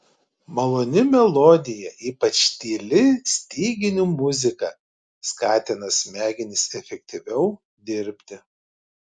maloni melodija ypač tyli styginių muzika skatina smegenis efektyviau dirbti